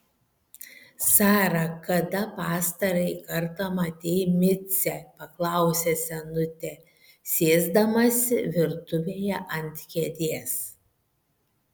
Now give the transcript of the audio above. sara kada pastarąjį kartą matei micę paklausė senutė sėsdamasi virtuvėje ant kėdės